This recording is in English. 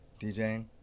DJing